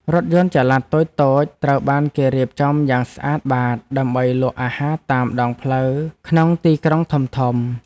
រថយន្តចល័តតូចៗត្រូវបានគេរៀបចំយ៉ាងស្អាតបាតដើម្បីលក់អាហារតាមដងផ្លូវក្នុងទីក្រុងធំៗ។